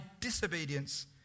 disobedience